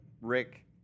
Rick